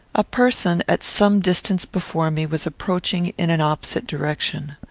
a person, at some distance before me, was approaching in an opposite direction.